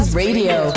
radio